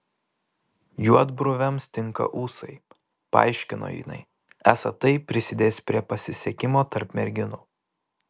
juodbruviams tinka ūsai paaiškino jinai esą tai prisidės prie pasisekimo tarp merginų